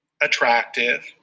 attractive